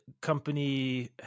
company